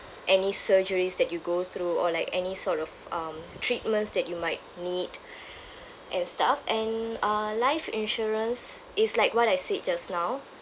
any surgeries that you go through or like any sort of um treatments that you might need and stuff and uh life insurance is like what I said just now